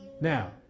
Now